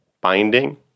Binding